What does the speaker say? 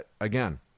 Again